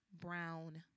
brown